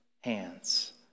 hands